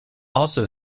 also